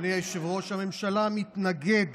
אדוני היושב-ראש, תשמע את